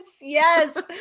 Yes